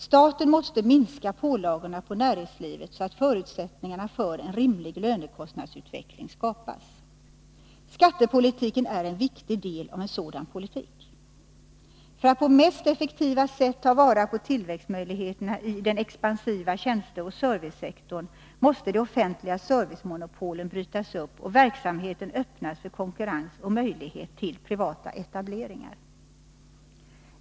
Staten måste minska pålagorna på näringslivet så att förutsättningar för en rimlig lönekostnadsutveckling skapas. Skattepolitiken är en viktig del av en sådan politik. För att på mest effektiva sätt ta vara på tillväxtmöjligheterna i den expansiva tjänsteoch servicesektorn måste de offentliga servicemonopolen brytas upp och verksamheten öppnas för konkurrens och möjligheter till privata etableringar.